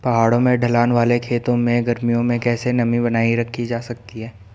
पहाड़ों में ढलान वाले खेतों में गर्मियों में कैसे नमी बनायी रखी जा सकती है?